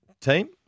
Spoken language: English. team